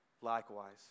likewise